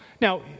Now